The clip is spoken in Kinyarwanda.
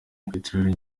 peteroli